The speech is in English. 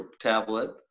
tablet